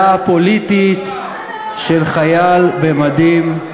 דעה פוליטית של חייל במדים.